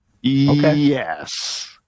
Yes